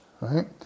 right